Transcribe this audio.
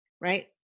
right